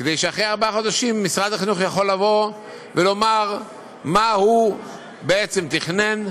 כדי שאחרי ארבעה חודשים משרד החינוך יוכל לבוא ולומר מה הוא בעצם תכנן,